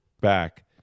back